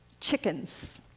chickens